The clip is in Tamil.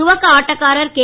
துவக்க ஆட்டக்காரர் கே